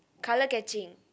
color catching